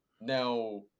now